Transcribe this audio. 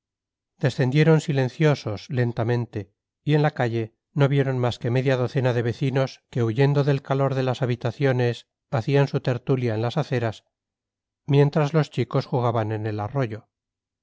calle descendieron silenciosos lentamente y en la calle no vieron más que media docena de vecinos que huyendo del calor de las habitaciones hacían su tertulia en las aceras mientras los chicos jugaban en el arroyo